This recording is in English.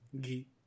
ghee